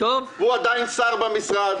הוא עדיין שר במשרד,